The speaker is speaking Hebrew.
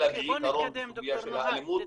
אלא בשל הסוגיה של האלימות.